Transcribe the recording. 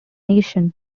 nation